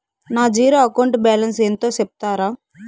నా zero account balance ఎంతో సెప్తారా?